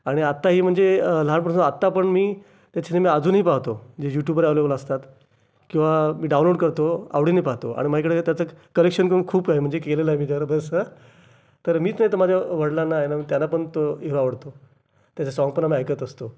आणि आत्ताही म्हणजे लहानपणापासून आत्ता पण मी त्याचे सिनेमे अजूनही पाहतो जे यूटूबवर अव्हेलेबल असतात किंवा मी डाउनलोड करतो आवडीने पाहातो आणि माझ्याकडे त्याचं क कलेक्शन पण खूप आहे म्हणजे केलेलं आहे मी जरबस्त तर मी ते तर माझ्या वडलांना याना त्यांना पण तो हिरो आवडतो त्याचं सॉन्ग पण आम्ही ऐकत असतो